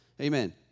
Amen